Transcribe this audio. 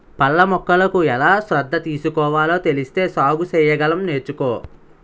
పళ్ళ మొక్కలకు ఎలా శ్రద్ధ తీసుకోవాలో తెలిస్తే సాగు సెయ్యగలం నేర్చుకో